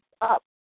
up